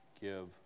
give